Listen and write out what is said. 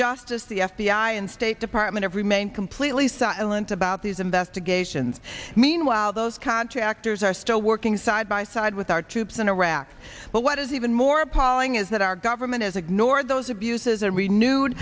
justice the f b i and state department of remain completely silent about these investigations meanwhile those contractors are still working side by side with our troops in iraq but what is even more appalling is that our government has ignored those abuses a renewed